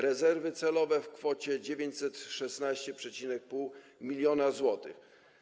Rezerwy celowe w kwocie 916,5 mln zł.